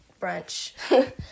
brunch